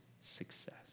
success